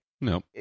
No